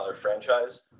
franchise